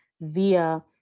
via